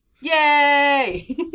Yay